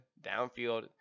downfield